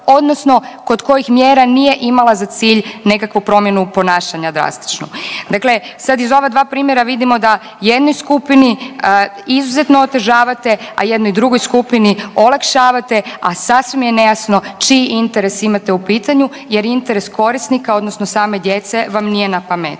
odnosno kod kojih mjera nije imala za cilj nekakvu promjenu ponašanja drastičnu. Dakle, sad iz ova dva primjera vidimo da jednoj skupini izuzetno otežavate, a jednoj drugoj skupini olakšavate, a sasvim je nejasno čiji interes imate u pitanju jer interes korisnika odnosno same djece vam nije na pameti.